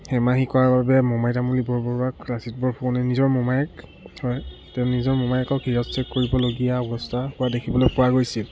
হেমাহি কৰাৰ বাবে মোমাই তামুলী বৰবৰুৱাক লাচিত বৰফুকনে নিজৰ মোমায়েক হয় তেনে নিজৰ মোমায়েকক শিৰচ্ছেদ কৰিবলগীয়া অৱস্থা হোৱা দেখিবলৈ পোৱা গৈছিল